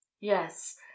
Yes